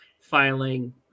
filing